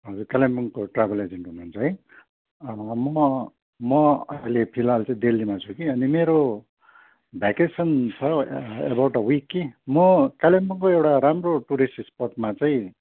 हजुर कालिम्पोङको travel agent हुनुहुन्छ है म म अहिले फिलहाल चाहिँ दिल्लीमा छु कि अनि मेरो भ्याकेसन छ एबाउट अ विक कि म कालिम्पोङको एउटा राम्रो टुरिस्ट स्पटमा चाहिँ